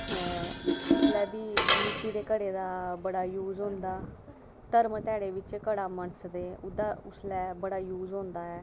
उसलै बी मिट्टी दे घड़े दा बड़ा यूज़ होंदा पर जिसलै घड़ा मनसदे ओह्दा उसलै बड़ा यूज़ होंदा